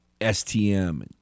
STM